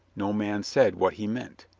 no man said what he meant.